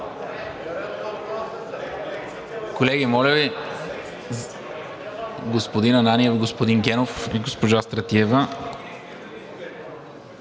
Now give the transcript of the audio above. Колеги, моля Ви – господин Ананиев, господин Генов и госпожа Стратиева!